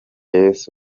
yesu